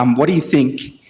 um what do you think,